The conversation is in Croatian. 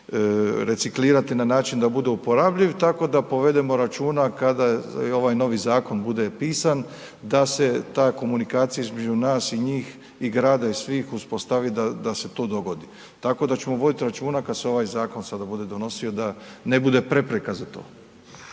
reciklirat na način da bude uporabljiv, tako da povedemo računa kada ovaj novi zakon bude pisan da se ta komunikacija između nas i njih i grada i svih uspostavi da se to dogodi. Tako da ćemo vodit računa kad se ovaj zakon sada bude donosio da ne bude prepreka za to.